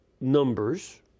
Numbers